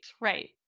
right